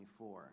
24